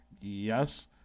yes